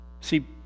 See